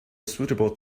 suitable